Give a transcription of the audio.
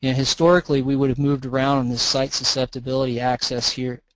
historically we would have moved around in this site suscepibility axis here,